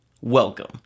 welcome